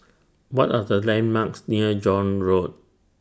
What Are The landmarks near John Road